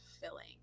filling